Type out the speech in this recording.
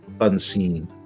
unseen